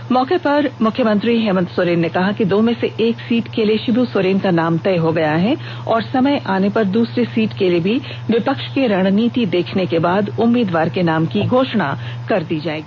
इस मौके पर मुख्यमंत्री हेमंत सोरेन ने कहा कि दो में से एक सीट के लिए षिबू सोरेन का नाम तय हो गया है समय आने पर दूसरी सीट के लिए भी विपक्ष की रणनीति देखने के बाद उम्मीदवार के नाम की घोषणा कर दी जाएगी